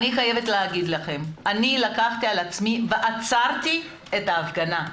אני חייבת לומר לכם שלקחתי על עצמי ועצרתי את ההפגנה.